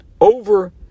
over